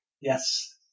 Yes